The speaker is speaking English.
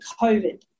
COVID